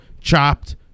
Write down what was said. chopped